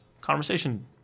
Conversation